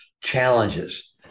challenges